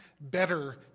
better